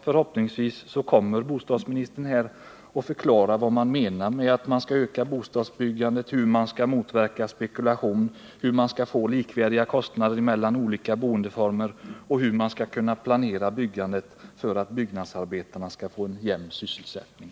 Förhoppningsvis kommer bostadsministern att förklara vad regeringen menar med att den skall öka bostadsbyggandet, hur man skall motverka spekulation, hur man skall få till stånd likvärdiga kostnader mellan olika boendeformer och hur man skall kunna planera byggandet så att byggnadsarbetarna får en jämn sysselsättning.